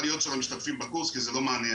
להיות של המשתתפים בקורס כי זה לא מעניין.